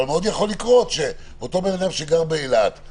אבל יכול להיות שאותו אדם שגר באילת,